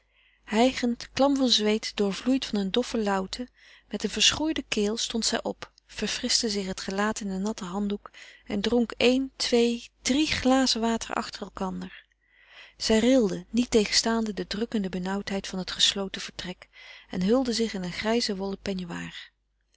hijgend klam van zweet doorvloeid van een doffe lauwte met een verschroeide keel stond zij op verfrischte zich het gelaat in een natten handdoek en dronk een twee drie glazen water achter elkander zij rilde niettegenstaande de drukkende benauwdheid van het gesloten vertrek en hulde zich in een grijzen wollen